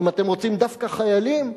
אם אתם רוצים דווקא חיילים,